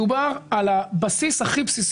למה מפלים ילדים כאלה?